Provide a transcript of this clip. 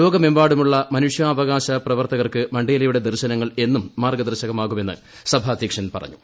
ലോകമെമ്പാടുമുള്ള മനുഷ്യാവകാൾ പ്ലൂവ്ർത്തകർക്ക് മണ്ടേലയുടെ ദർശനങ്ങൾ എന്നും മാർഗ്ഗദർശനമാകുമെന്ന് സഭാധ്യക്ഷൻ പറഞ്ഞു